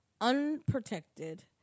unprotected